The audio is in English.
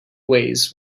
ways